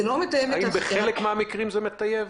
האם בחלק מהמקרים זה מטייב?